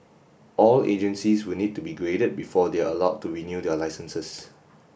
all agencies will need to be graded before they are allowed to renew their licences